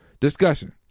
Discussion